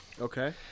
Okay